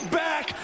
back